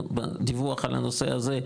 דיווח על הנושא הזה,